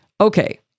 Okay